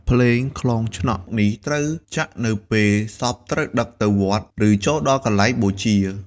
ភ្លេងខ្លងឆ្នក់ នេះត្រូវចាក់នៅពេលសពត្រូវដឹកទៅវត្ត ឬចូលដល់កន្លែងបូជា ។